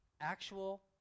Actual